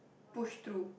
push through